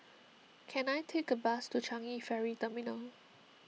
can I take a bus to Changi Ferry Terminal